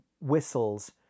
whistles